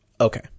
okay